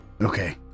Okay